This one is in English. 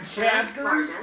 chapters